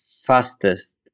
fastest